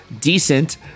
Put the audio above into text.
decent